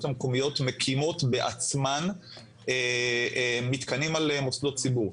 המקומיות מקימות בעצמן מתקנים על מוסדות ציבור.